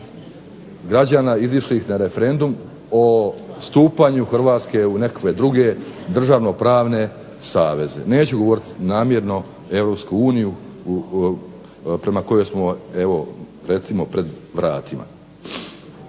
građana izišlih na referendum o stupanju Hrvatske u nekakve druge državnopravne saveze. Neću govoriti namjerno Europsku uniju prema kojoj smo evo recimo pred vratima.